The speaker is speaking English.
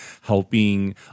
helping